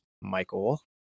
Michael